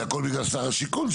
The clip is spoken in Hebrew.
זה הכל בגלל שר השיכון,